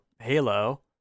Halo